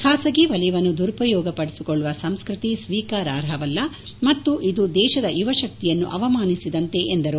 ಖಾಸಗಿ ವಲಯವನ್ನು ದುರುಪಯೋಗ ಪದಿಸಿಕೊಳ್ಳುವ ಸಂಸ್ಕೃತಿ ಸ್ವೀಕಾರಾರ್ಹವಲ್ಲ ಮತ್ತು ಇದು ದೇಶದ ಯುವಶಕ್ತಿಯನ್ನು ಅವಮಾನಿಸಿದಂತೆ ಎಂದರು